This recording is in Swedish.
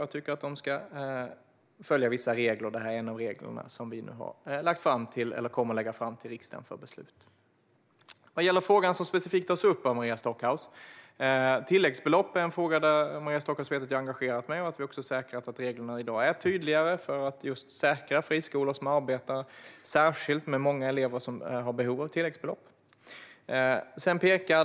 Jag tycker dock att de ska följa vissa regler, och detta är ett av de regelförslag som vi nu kommer att lägga fram till riksdagen för beslut. Vad gäller den fråga som specifikt tas upp av Maria Stockhaus är tilläggsbelopp något som Maria Stockhaus vet att jag har engagerat mig i. Vi har sett till att reglerna i dag är tydligare för att säkra tillvaron för friskolor som arbetar särskilt med många elever som har behov av tilläggsbelopp.